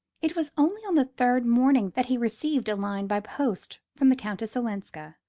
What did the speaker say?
it was only on the third morning that he received a line by post from the countess olenska.